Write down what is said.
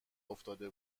افتاده